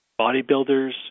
Bodybuilders